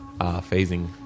phasing